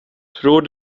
tror